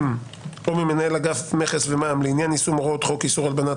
או ממנהל אגף מכס ומע"מ לעניין יישום הוראות חוק איסור הלבנת